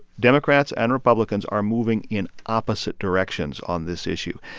democrats and republicans are moving in opposite directions on this issue.